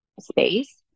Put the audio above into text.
space